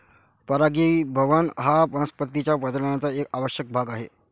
परागीभवन हा वनस्पतीं च्या प्रजननाचा एक आवश्यक भाग आहे